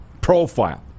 profile